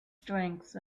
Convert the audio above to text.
strength